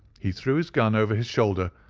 he threw his gun over his shoulder,